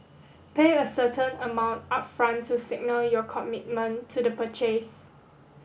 pay a certain amount upfront to signal your commitment to the purchase